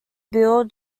bill